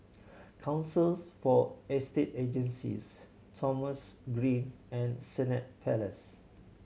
Councils for Estate Agencies Thomson Green and Senett Palace